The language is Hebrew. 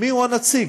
מיהו הנציג: